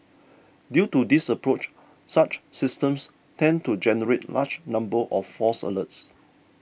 due to this approach such systems tend to generate large numbers of false alerts